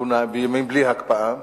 בלי הקפאה.